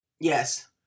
Yes